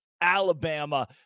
Alabama